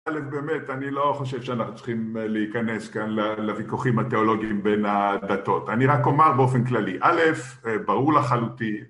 א' באמת, אני לא חושב שאנחנו צריכים להיכנס כאן לוויכוחים התיאולוגיים בין הדתות, אני רק אומר באופן כללי, א', ברור לחלוטין